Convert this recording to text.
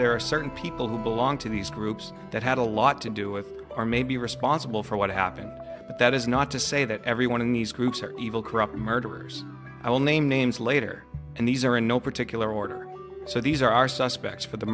there are certain people who belong to these groups that had a lot to do with are may be responsible for what happened but that is not to say that everyone in these groups are evil corrupt murderers i will name names later and these are in no particular order so these are suspects for the